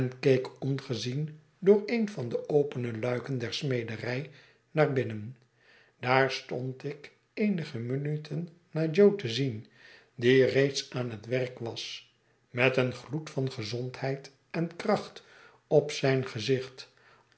keek ongezien door een van de opene luiken der smederij naar binnen daar stond ik eenige minuten naar jo te zien die reeds aan het werk was met een gloed van gezondheid en kracht op zijn gezicht